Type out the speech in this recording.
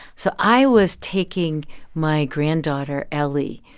so i was taking my granddaughter ellie,